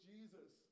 Jesus